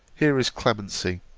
here is clemency!